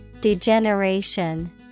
Degeneration